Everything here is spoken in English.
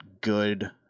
good